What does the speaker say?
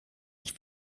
ich